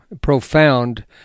profound